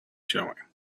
showing